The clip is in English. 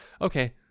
okay